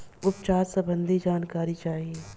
उपचार सबंधी जानकारी चाही?